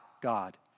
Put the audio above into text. God